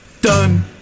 done